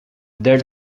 their